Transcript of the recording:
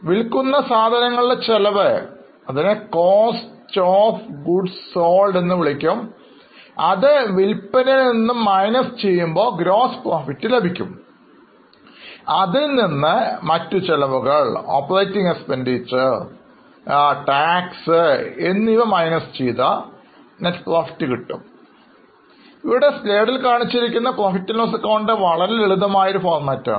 വിൽക്കുന്ന സാധനങ്ങളുടെ ചെലവ് അതായത് Cost of goods sold കുറച്ചാൽ നിങ്ങൾക്ക് Gross profit ലഭിക്കുംഅതിൽ നിന്നും മറ്റു ചെലവുകൾ അല്ലെങ്കിൽ പ്രവർത്തനച്ചെലവ് നികുതി എന്നിവ കുറച്ചാൽ Net profit ലഭിക്കും ഇത് PL ac വളരെ ലളിതമായ ഫോർമാറ്റാണ്